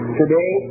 today